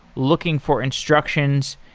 looking for instructions.